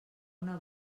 una